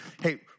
hey